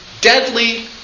deadly